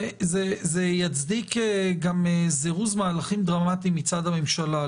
זה יצדיק גם זירוז מהלכים דרמטי מצד הממשלה.